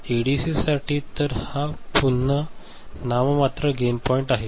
एडीसीसाठी तर हा पुन्हा नाममात्र गेन पॉईंट आहे